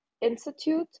Institute